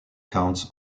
counts